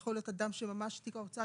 זה יכול להיות אדם שתיק ההוצאה